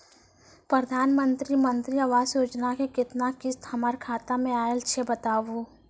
प्रधानमंत्री मंत्री आवास योजना के केतना किस्त हमर खाता मे आयल छै बताबू?